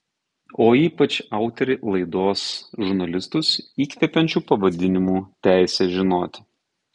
o ypač autorė laidos žurnalistus įkvepiančiu pavadinimu teisė žinoti